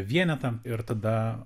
vienetą ir tada